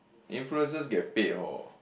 influencers get paid hor